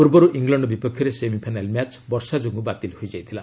ପୂର୍ବରୁ ଇଂଲଣ୍ଡ ବିପକ୍ଷରେ semifinal match ବର୍ଷା ଯୋର୍ଗୁ ବାତିଲ ହୋଇଯାଇଥିଲା